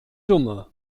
dumme